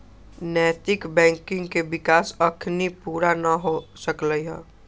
नैतिक बैंकिंग के विकास अखनी पुरा न हो सकलइ ह